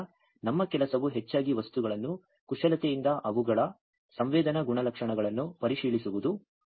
ಆದ್ದರಿಂದ ನಮ್ಮ ಕೆಲಸವು ಹೆಚ್ಚಾಗಿ ವಸ್ತುಗಳನ್ನು ಕುಶಲತೆಯಿಂದ ಅವುಗಳ ಸಂವೇದನಾ ಗುಣಲಕ್ಷಣಗಳನ್ನು ಪರಿಶೀಲಿಸುವುದು